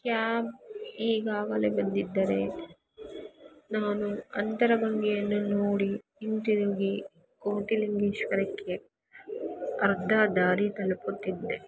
cab ಈಗಾಗಲೇ ಬಂದಿದ್ದರೆ ನಾನು ಅಂತರ ಗಂಗೆಯನ್ನು ನೋಡಿ ಹಿಂತಿರುಗಿ ಕೋಟೆ ಲಿಂಗೇಶ್ವರಕ್ಕೆ ಅರ್ಧ ದಾರಿ ತಲುಪುತ್ತಿದ್ದೆ